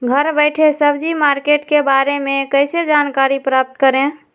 घर बैठे सब्जी मार्केट के बारे में कैसे जानकारी प्राप्त करें?